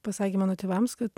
pasakė mano tėvams kad